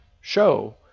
show